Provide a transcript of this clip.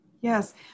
Yes